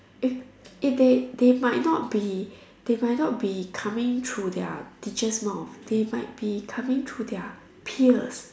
if if they they might not be they might not be coming through their teacher's mouth they might be coming through their peers